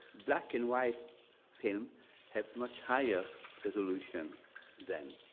black and white film have much higher resolution than